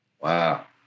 Wow